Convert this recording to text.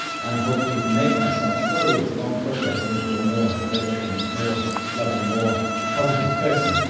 and hopefully to make myself slowly it's a long progress into a more nurturing, more loving, more positive person.